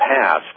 past